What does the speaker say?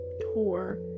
tour